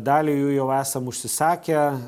dalį jų jau esam užsisakę